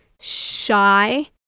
shy